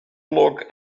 look